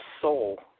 soul